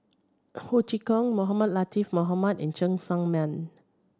Ho Chee Kong Mohamed Latiff Mohamed and Cheng Sang Man